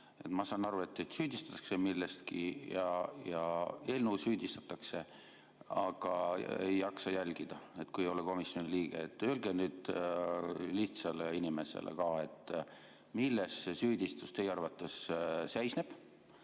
Ma saan aru, et teid süüdistatakse milleski ja eelnõu süüdistatakse, aga ei jaksa jälgida, sest ei ole komisjoni liige. Öelge nüüd lihtsale inimesele ka, milles see süüdistus teie arvates seisneb